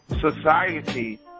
society